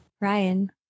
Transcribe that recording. Ryan